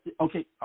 Okay